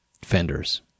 fenders